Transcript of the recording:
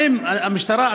האם המשטרה,